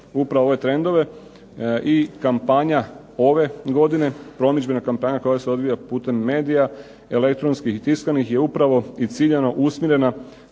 upravo ove trendove i kampanja ove godine, promidžbena kampanja koja se odvija putem medija elektronskih i tiskanih je upravo i ciljano usmjerena